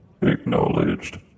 Acknowledged